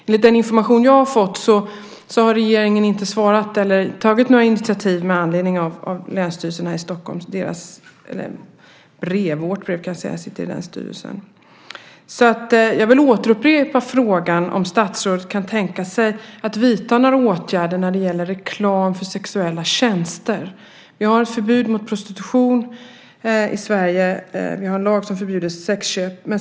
Enligt den information jag fått har regeringen inte svarat eller tagit några initiativ med anledning av brevet från länsstyrelsen. Jag vill upprepa frågan om statsrådet kan tänka sig att vidta några åtgärder när det gäller reklam för sexuella tjänster. Vi har ett förbud mot prostitution i Sverige. Vi har en lag som förbjuder sexköp.